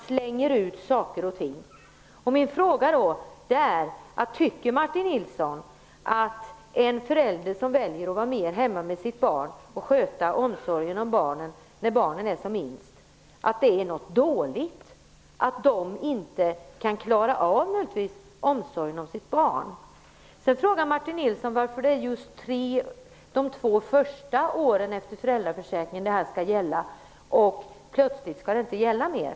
Tycker Martin Nilsson i fråga om den förälder som väljer att mera vara hemma med sina barn och sköta dem när de är som minst att det är någonting dåligt att man inte klarar omsorgen om sitt barn? Martin Nilsson frågar varför det här skall gälla just under de två första åren efter föräldraförsäkringen för att sedan, plötsligt, inte gälla längre.